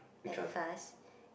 at first